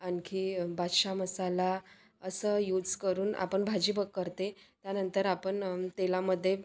आणखी बादशाह मसाला असं यूज करून आपण भाजी पक करते त्यानंतर आपण तेलामध्ये